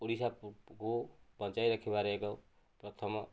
ଓଡ଼ିଶାକୁ ବଞ୍ଚେଇ ରଖିବାର ଏକ ପ୍ରଥମ